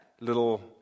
little